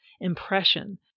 impression